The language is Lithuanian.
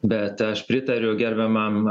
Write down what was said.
bet aš pritariu gerbiamam